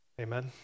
Amen